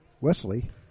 Wesley